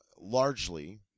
largely